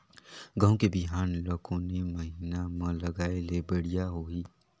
गहूं के बिहान ल कोने महीना म लगाय ले बढ़िया होही?